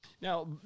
Now